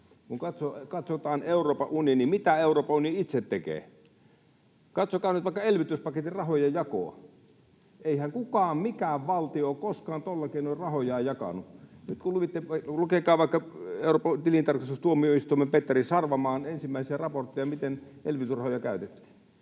Kun katsotaan Euroopan unionia, niin mitä Euroopan unioni itse tekee? Katsokaa nyt vaikka elvytyspaketin rahojen jakoa. Eihän kukaan, mikään valtio ole koskaan tuolla keinoin rahojaan jakanut. Lukekaa vaikka Euroopan tilintarkastustuomioistuimen Petri Sarvamaan ensimmäisiä raportteja, miten elvytysrahoja käytetään.